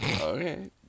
Okay